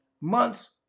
months